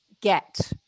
get